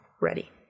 ready